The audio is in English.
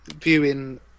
viewing